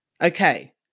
Okay